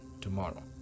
tomorrow